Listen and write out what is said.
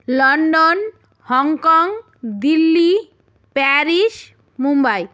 London Hong Kong Delhi Paris Mumbai